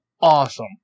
awesome